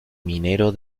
minero